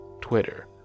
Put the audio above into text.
Twitter